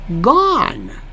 gone